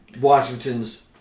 Washington's